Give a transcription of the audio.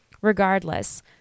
Regardless